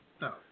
No